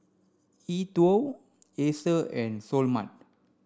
E TWOW Acer and Seoul Mart